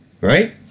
right